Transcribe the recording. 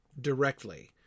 directly